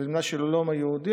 זו המדינה של הלאום היהודי,